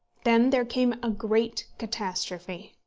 then there came a great catastrophe.